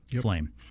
flame